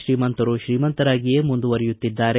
ಶ್ರೀಮಂತರು ಶ್ರೀಮಂತರಾಗಿಯೇ ಮುಂದುವರೆಯುತ್ತಿದ್ದಾರೆ